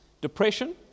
depression